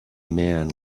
man